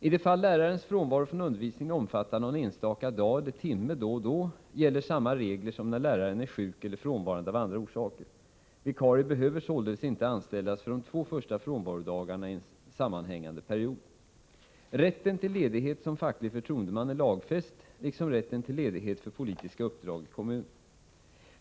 I de fall lärarens frånvaro från undervisningen omfattar någon enstaka dag eller timme då och då gäller samma regler som när läraren är sjuk eller frånvarande av andra orsaker. Vikarie behöver således inte anställas för de två första frånvarodagarna i en sammanhängande period. Rätten till ledighet som facklig förtroendeman är lagfäst liksom rätten till ledighet för politiska uppdrag i kommun.